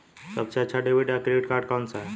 सबसे अच्छा डेबिट या क्रेडिट कार्ड कौन सा है?